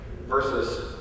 versus